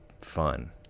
fun